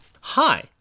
Hi